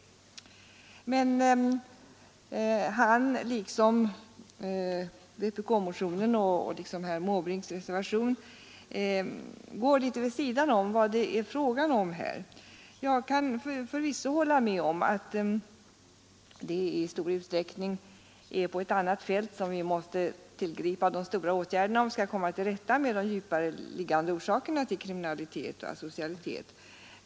Men han, liksom vpk-motionen och herr Måbrinks reservation, går litet vid sidan om vad det är fråga om. Jag kan förvisso hålla med om att det i stor utsträckning är på ett annat fält som vi måste tillgripa de stora åtgärderna om vi skall kunna komma till rätta med de djupare liggande orsakerna till kriminalitet och asocialitet.